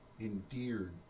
endeared